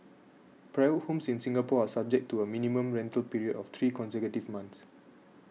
private homes in Singapore are subject to a minimum rental period of three consecutive months